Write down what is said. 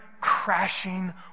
crashing